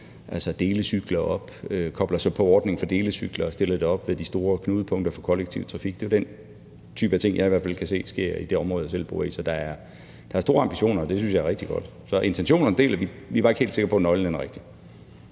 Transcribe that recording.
at man kobler sig på ordningen for delecykler og stiller delecykler frem i de store knudepunkter for kollektiv trafik. Det er jo den type af ting, som jeg i hvert fald kan se sker i det område, jeg bor i. Så der er store ambitioner, og det synes jeg er rigtig godt. Så intentionerne deler vi – vi er bare ikke helt sikre på, at nøglen er den rigtige.